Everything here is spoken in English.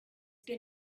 been